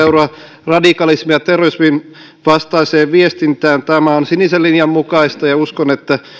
euroa radikalismin ja terrorismin vastaiseen viestintään tämä on sinisen linjan mukaista ja uskon että